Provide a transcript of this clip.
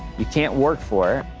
you can't work for